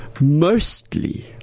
mostly